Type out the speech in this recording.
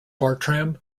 bartram